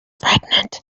pregnant